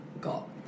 got